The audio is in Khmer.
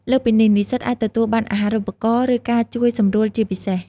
លើសពីនេះ និស្សិតអាចទទួលបានអាហារូបករណ៍ ឬការជួយសម្រួលជាពិសេស។